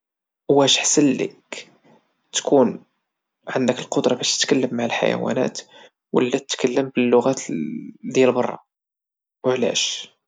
واش احسن ليك تكون عندك القدرة باش تكلم مع الحيوانات ولا تكلم باللغات ديال برا وعلاش؟